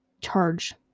charge